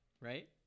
Right